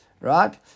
Right